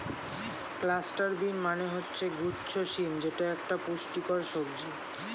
cluster bean মানে হচ্ছে গুচ্ছ শিম যেটা একটা পুষ্টিকর সবজি